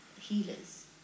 healers